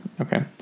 Okay